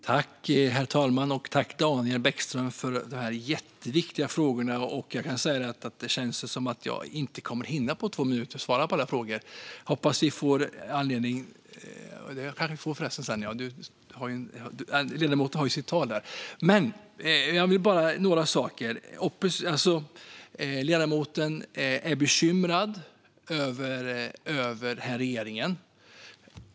Herr talman! Jag tackar Daniel Bäckström för dessa jätteviktiga frågor. Det känns som att jag inte kommer att hinna svara på alla frågor på två minuter. Ledamoten är bekymrad över regeringen.